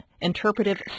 interpretive